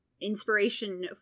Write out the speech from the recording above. inspiration